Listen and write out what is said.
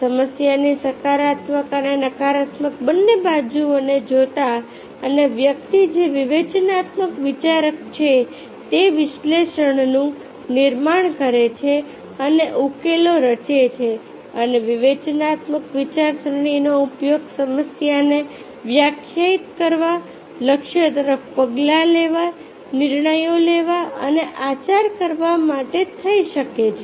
સમસ્યાની સકારાત્મક અને નકારાત્મક બંને બાજુઓને જોતા અને વ્યક્તિ જે વિવેચનાત્મક વિચારક છે તે વિશ્લેષણનું નિર્માણ કરે છે અને ઉકેલો રચે છે અને વિવેચનાત્મક વિચારસરણીનો ઉપયોગ સમસ્યાને વ્યાખ્યાયિત કરવા લક્ષ્ય તરફ પગલાં લેવા નિર્ણયો લેવા અને આચાર કરવા માટે થઈ શકે છે